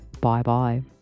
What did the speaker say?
Bye-bye